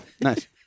Nice